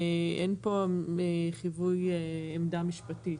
ואין פה חיווי עמדה משפטית.